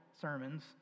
sermons